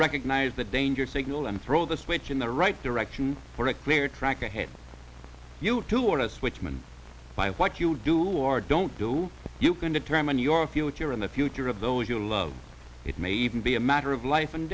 recognize the danger signal and throw the switch in the right direction for a clear track ahead of you to warn us which man by what you do or don't do you can determine your future in the future of though if you love it may even be a matter of life and